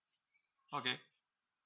okay